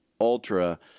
ultra